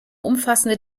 umfassende